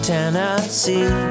Tennessee